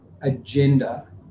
agenda